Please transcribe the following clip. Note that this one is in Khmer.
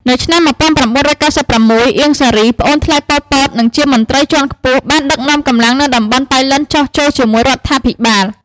នៅឆ្នាំ១៩៩៦ អៀង សារី ប្អូនថ្លៃប៉ុល ពត និងជាមន្ត្រីជាន់ខ្ពស់ បានដឹកនាំកម្លាំងនៅតំបន់ប៉ៃលិនចុះចូលជាមួយរដ្ឋាភិបាល។